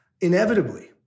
Inevitably